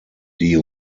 die